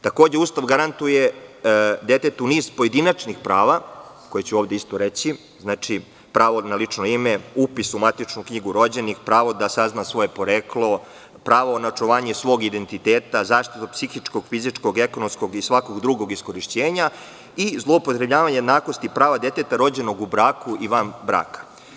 Takođe, Ustav garantuje detetu niz pojedinačnih prava, koja ću ovde isto reći: pravo na lično ime, upis u matičnu knjigu rođenih, pravo da sazna svoje poreklo, pravo na očuvanje svog identiteta, zaštitu psihičkog, fizičkog, ekonomskog i svakog drugog iskorišćenja i zloupotrebljavanja jednakosti prava deteta rođenog u braku i van braka.